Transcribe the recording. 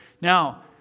now